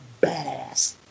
badass